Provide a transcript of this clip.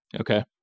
Okay